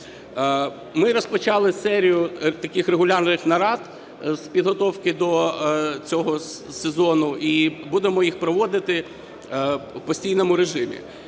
Ми розпочали серію таких регулярних нарад з підготовки до цього сезону і будемо їх проводити в постійному режимі.